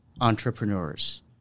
entrepreneurs